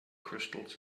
crystals